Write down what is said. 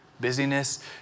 busyness